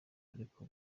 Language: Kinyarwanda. ariko